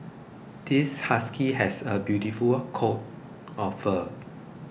this husky has a beautiful coat of fur